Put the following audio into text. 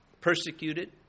persecuted